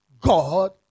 God